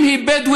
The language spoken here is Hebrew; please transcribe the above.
אם היא בדואית